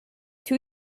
two